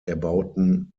erbauten